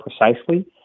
precisely